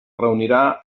reunirà